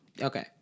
okay